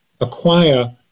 acquire